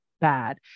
bad